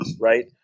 right